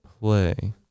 play